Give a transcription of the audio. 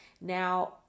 Now